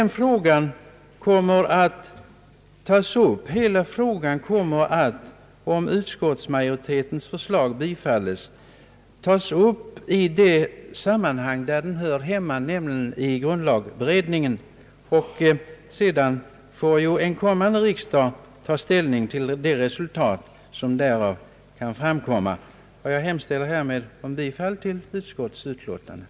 Hela frågan kommer, om utskottsmajoritetens förslag bifalles, att tas upp i det sammanhang där den hör hemma, nämligen i grundlagberedningen. Sedan får en kommande riksdag ta ställning till det resultat som därav kan framkomma. Jag hemställer om bifall till utskottets hemställan.